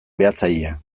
behatzailea